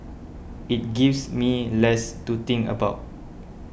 it gives me less to think about